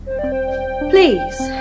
Please